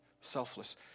Selfless